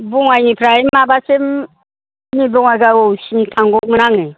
बङाइनिफ्राय माबासिम निउ बङाइगावसिम थांगौमोन आङो